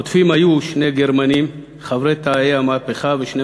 החוטפים היו שני גרמנים חברי "תאי המהפכה" ושני